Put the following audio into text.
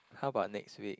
how about next week